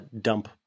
dump